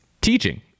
teaching